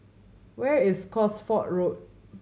where is Cosford Road